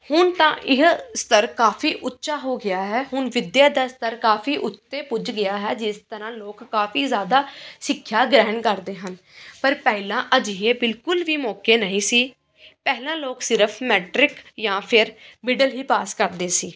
ਹੁਣ ਤਾਂ ਇਹ ਸਤਰ ਕਾਫ਼ੀ ਉੱਚਾ ਹੋ ਗਿਆ ਹੈ ਹੁਣ ਵਿੱਦਿਆ ਦਾ ਸਤਰ ਕਾਫ਼ੀ ਉੱਤੇ ਪੁੱਜ ਗਿਆ ਹੈ ਜਿਸ ਤਰ੍ਹਾਂ ਲੋਕ ਕਾਫ਼ੀ ਜ਼ਿਆਦਾ ਸਿੱਖਿਆ ਗ੍ਰਹਿਣ ਕਰਦੇ ਹਨ ਪਰ ਪਹਿਲਾਂ ਅਜਿਹੇ ਬਿਲਕੁਲ ਵੀ ਮੌਕੇ ਨਹੀਂ ਸੀ ਪਹਿਲਾਂ ਲੋਕ ਸਿਰਫ ਮੈਟ੍ਰਿਕ ਜਾਂ ਫਿਰ ਮਿਡਲ ਹੀ ਪਾਸ ਕਰਦੇ ਸੀ